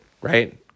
right